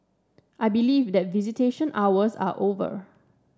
I believe that visitation hours are over